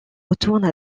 retourne